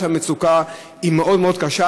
מכיוון שהמצוקה היא מאוד מאוד קשה,